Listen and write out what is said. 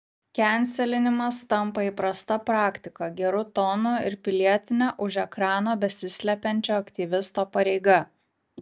kenselinimas tampa įprasta praktika geru tonu ir pilietine už ekrano besislepiančio aktyvisto pareiga